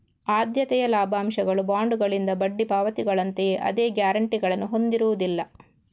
ಆದ್ಯತೆಯ ಲಾಭಾಂಶಗಳು ಬಾಂಡುಗಳಿಂದ ಬಡ್ಡಿ ಪಾವತಿಗಳಂತೆಯೇ ಅದೇ ಗ್ಯಾರಂಟಿಗಳನ್ನು ಹೊಂದಿರುವುದಿಲ್ಲ